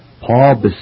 Paul